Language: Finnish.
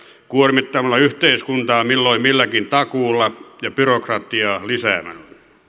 kuormittamalla yhteiskuntaa milloin milläkin takuulla ja byrokratiaa lisäämällä